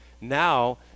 Now